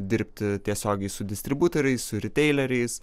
dirbti tiesiogiai su distributoriais su ryteileriais